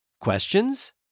questions